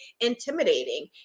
intimidating